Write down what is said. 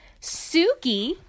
Suki